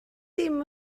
dim